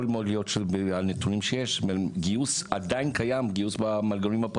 יכול מאוד להיות שבגלל שעדיין קיים גיוס פרטי,